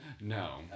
No